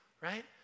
right